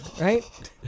right